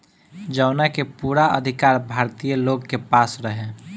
जवना के पूरा अधिकार भारतीय लोग के पास रहे